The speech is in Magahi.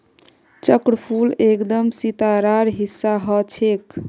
चक्रफूल एकदम सितारार हिस्सा ह छेक